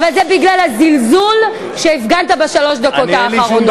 אבל זה בגלל הזלזול שהפגנת בשלוש הדקות האחרונות.